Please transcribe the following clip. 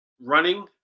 running